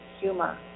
humor